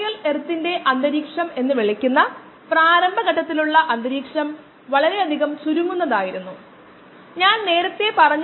water tanker സ്ഥിതിചെയ്യുന്ന ലോറിയുടെ പിൻഭാഗമാണിത് വാട്ടർ ടാങ്കറിന്റെ ഉള്ളിൽ വെള്ളം നിറയ്ക്കുന്നത് ഇതാണ് എന്ന് നമുക്ക് പറയാം